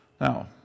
Now